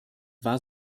war